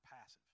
passive